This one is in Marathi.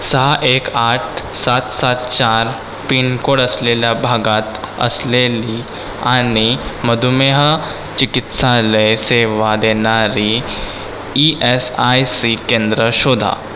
सहा एक आठ सात सात चार पिनकोड असलेल्या भागात असलेली आणि मधुमेह चिकित्सालय सेवा देणारी ई एस आय सी केंद्रं शोधा